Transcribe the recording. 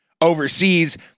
overseas